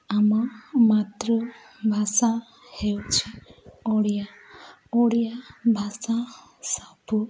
ଆମ ମାତୃଭାଷା ହେଉଛି ଓଡ଼ିଆ ଓଡ଼ିଆ ଭାଷା ସବୁ